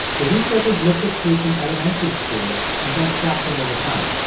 the researchers looked at kids in elementary school and then tracked them over time.